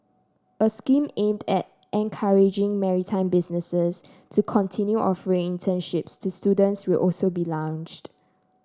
a scheme aimed at encouraging maritime businesses to continue offering internships to students will also be launched